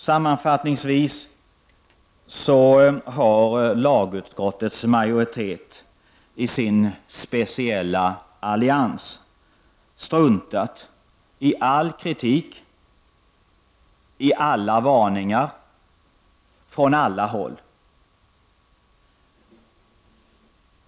Sammanfattningsvis har lagutskottets majoritet i sin speciella allians struntat i all kritik och alla varningar från alla håll.